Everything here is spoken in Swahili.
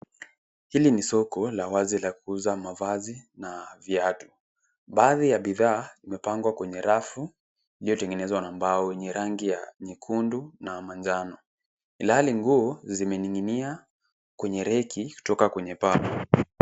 Hili ni soko la wazi la kuuza mavazi na viatu. Baadhi ya bidhaa, zimepangwa kwenye rafu, iliyotengenezwa na mbao yenye rangi ya nyekundu na manjano. lhali nguo zimening'inia kwenye reki ikitoka kwenye paa.